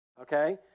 okay